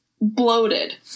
bloated